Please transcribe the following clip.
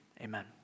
Amen